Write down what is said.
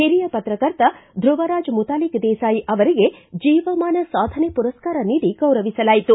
ಹಿರಿಯ ಪತ್ರಕರ್ತ ಧುವರಾಜ ಮುತಾಲಿಕ ದೇಸಾಯಿ ಅವರಿಗೆ ಜೀವಮಾನ ಸಾಧನೆ ಪುರಸ್ತಾರ ನೀಡಿ ಗೌರವಿಸಲಾಯಿತು